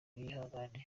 yihangane